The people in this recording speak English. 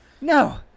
no